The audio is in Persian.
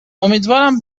امیدوارم